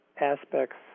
aspects